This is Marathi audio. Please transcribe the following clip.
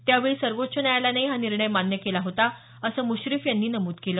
त्यावेळी सर्वोच्च न्यायालयानेही हा निर्णय मान्य केला होता असं मुश्रीफ यांनी नमूद केलं